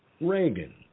Reagan